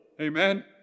Amen